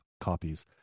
copies